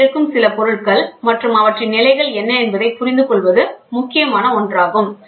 இன்று இருக்கும் சில பொருள்கள் மற்றும் அவற்றின் நிலைகள் என்ன என்பதைப் புரிந்து கொள்வது முக்கியமான ஒன்றாகும்